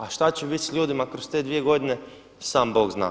A šta će biti s ljudima kroz te dvije godine, sam Bog zna.